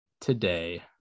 today